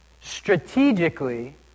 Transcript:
strategically